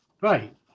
right